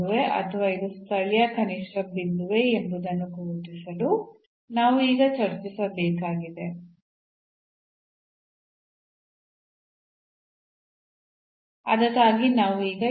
ಈ ನೆರೆಹೊರೆಯಲ್ಲಿ ಧನಾತ್ಮಕವಾಗಿದ್ದರೆ ಇದು ಸ್ವಾಭಾವಿಕವಾಗಿ ಸ್ಥಳೀಯ ಕನಿಷ್ಠ ಬಿಂದುವಾಗಿದೆ ಮತ್ತು ಈ ಪಾಯಿಂಟ್ನ ನೆರೆಹೊರೆಯಲ್ಲಿ ನಾವು ಚಿಹ್ನೆಯನ್ನು ಬದಲಾಯಿಸಿದರೆ ಇದು ಸ್ಯಾಡಲ್ ಪಾಯಿಂಟ್ ಎಂದು ನಾವು ತೀರ್ಮಾನಿಸುತ್ತೇವೆ